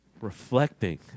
reflecting